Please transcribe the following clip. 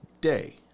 day